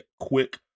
quick